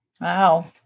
wow